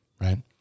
right